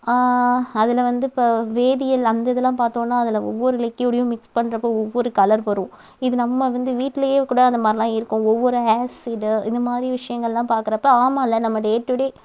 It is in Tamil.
அதில் வந்து இப்போ வேதியியல் அந்த இதெலாம் பார்த்தோனா அதில் ஒவ்வொரு லிக்யூடையும் மிக்ஸ் பண்ணுறப்போ ஒவ்வொரு கலர் வரும் இது நம்ம வந்து வீட்லேயே கூட அந்தமாரிலாம் இருக்கும் ஒவ்வொரு ஆஷிட் இந்தமாதிரி விசயங்கள்லாம் பார்க்குறப்ப ஆமால்ல நம்ம டே டுடே